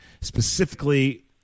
specifically